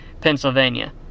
Pennsylvania